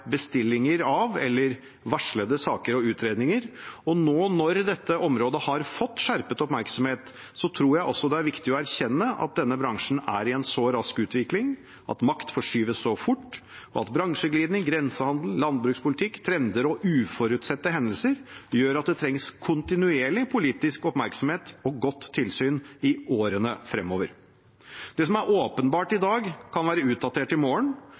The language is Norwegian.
bestillinger av eller varslede saker og utredninger, og nå når dette området har fått skjerpet oppmerksomhet, tror jeg også det er viktig å erkjenne at denne bransjen er i en så rask utvikling at makt forskyves fort, og at bransjeglidning, grensehandel, landbrukspolitikk, trender og uforutsette hendelser gjør at det trengs kontinuerlig politisk oppmerksomhet og godt tilsyn i årene fremover. Det som er åpenbart i dag, kan være utdatert i morgen.